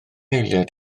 eiliad